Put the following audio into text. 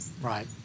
Right